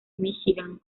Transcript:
michigan